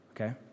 okay